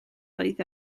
oedd